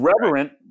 reverent